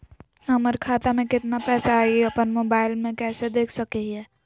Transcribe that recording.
हमर खाता में केतना पैसा हई, ई अपन मोबाईल में कैसे देख सके हियई?